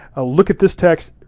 look at this text,